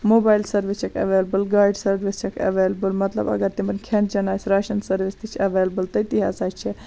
mobile service چھَکھ available گاڑٕ service چھَکھ ایٚولیبٕل مَطلَب اَگَر تِمَن کھیٚن چیٚن آسہِ راشَن سٔروس تہِ چھِ ایٚولیبٕل تٔتی ہَسا چھِ